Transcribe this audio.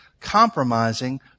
compromising